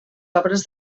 obres